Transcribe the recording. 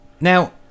Now